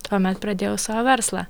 tuomet pradėjau savo verslą